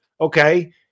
Okay